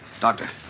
Doctor